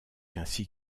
ainsi